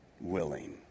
willing